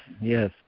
yes